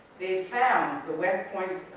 they found, the west point